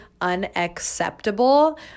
unacceptable